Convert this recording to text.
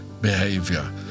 behavior